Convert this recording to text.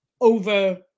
over